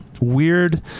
weird